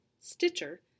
stitcher